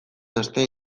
astean